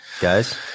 guys